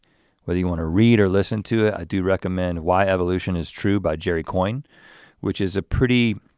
whether you wanna read or listen to it, i do recommend why evolution is true by jerry coyne which is a pretty